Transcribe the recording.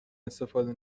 استفاده